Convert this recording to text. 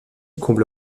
comble